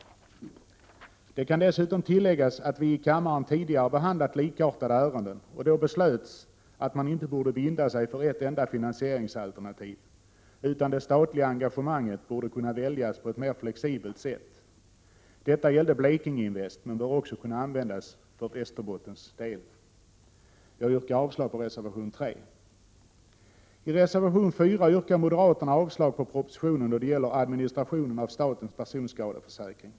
Det kan dessutom tilläggas att vi i kammaren tidigare behandlat likartade ärenden, och då beslöts att man inte borde binda sig för ett enda finansieringsalternativ, utan det statliga engagemanget borde kunna väljas på ett mer flexibelt sätt. Detta gällde Blekinge Invest men bör också kunna användas för Västerbottens del. Jag yrkar avslag på reservation 3. I reservation 4 yrkar moderaterna avslag på propositionen då det gäller administrationen av statens personskadeförsäkring.